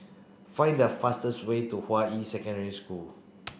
find the fastest way to Hua Yi Secondary School